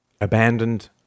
Abandoned